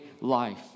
life